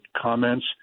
comments